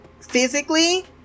physically